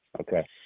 Okay